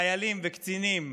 חיילים וקצינים,